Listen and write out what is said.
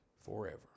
forever